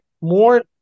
more